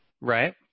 Right